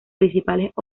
principales